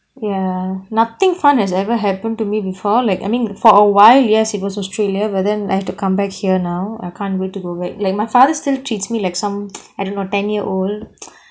ya nothing fun has ever happen to me before like I mean for awhile yes it was australia but then I have to come back here now I can't wait to go like my father still treats me like some I don't know ten year old